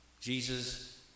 Jesus